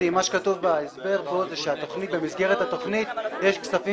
מה שכתוב בהסבר זה שבמסגרת התוכנית יש כספים